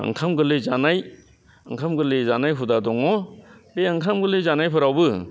ओंखाम गोरलै जानाय ओंखाम गोरलै जानाय हुदा दङ बे ओंखाम गोरलै जानायफ्रावबो